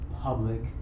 public